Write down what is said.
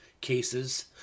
cases